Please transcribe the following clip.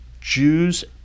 Jews